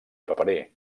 paperer